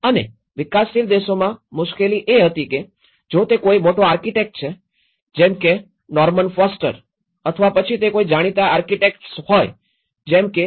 અને વિકાસશીલ દેશોમાં મુશ્કેલી એ હતી કે જો તે કોઈ મોટો આર્કિટેક છે જેમ કે નોર્મન ફોસ્ટર અથવા પછી તે કોઈપણ જાણીતા આર્કિટેક્ટ્સ હોય જેમ કે બીવી દોશીB